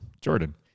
Jordan